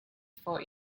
for